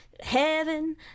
heaven